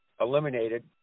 eliminated